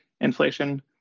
inflation